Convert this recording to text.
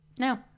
No